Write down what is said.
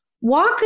Walk